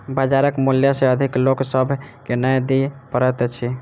बजारक मूल्य सॅ अधिक लोक सभ के नै दिअ पड़ैत अछि